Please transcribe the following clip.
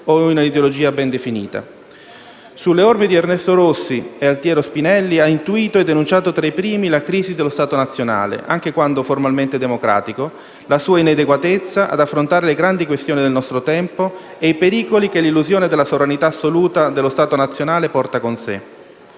o in una ideologia ben definita. Sulle orme di Ernesto Rossi e Altiero Spinelli, ha intuito e denunciato tra i primi la crisi dello Stato nazionale, anche quando formalmente democratico, la sua inadeguatezza ad affrontare le grandi questioni del nostro tempo e i pericoli che l'illusione della sovranità assoluta dello Stato nazionale porta con sé.